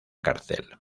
cárcel